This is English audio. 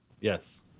Yes